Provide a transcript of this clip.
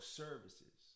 services